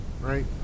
right